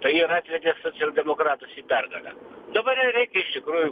tai ir atvedė socialdemokratus į pergalę dabar jai reikia iš tikrųjų